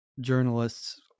journalists